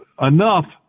enough